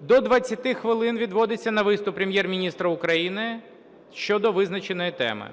до 20 хвилин відводиться на виступ Прем'єр-міністра України щодо визначеної теми,